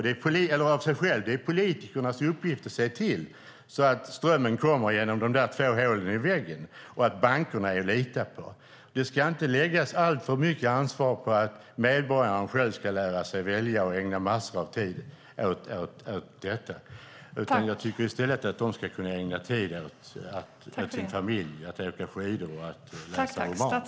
Det är politikernas uppgift att se till att strömmen kommer genom de två hålen i väggen och att bankerna är att lita på. Man ska inte lägga alltför mycket ansvar på medborgaren själv som ska lära sig välja och ägna massor av tid åt det. Jag tycker i stället att medborgarna ska kunna ägna tid åt sin familj, att åka skidor och att läsa romaner.